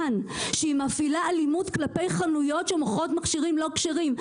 על כך שהיא מפעילה אלימות כלפי חנויות שמוכרות מכשירים לא כשרים.